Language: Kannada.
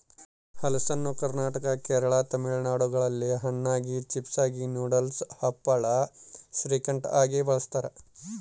ಹಲಸನ್ನು ಕರ್ನಾಟಕ ಕೇರಳ ತಮಿಳುನಾಡುಗಳಲ್ಲಿ ಹಣ್ಣಾಗಿ, ಚಿಪ್ಸಾಗಿ, ನೂಡಲ್ಸ್, ಹಪ್ಪಳ, ಶ್ರೀಕಂಠ ಆಗಿ ಬಳಸ್ತಾರ